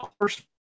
first